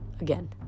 again